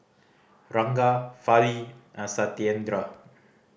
Ranga Fali and Satyendra